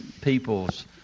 people's